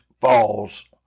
falls